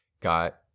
got